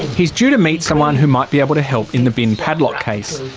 he's due to meet someone who might be able to help in the bin padlock case.